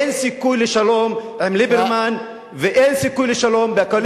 אין סיכוי לשלום עם ליברמן ואין סיכוי לשלום בקואליציה